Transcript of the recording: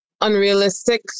unrealistic